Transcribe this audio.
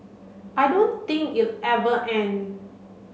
I don't think it ever end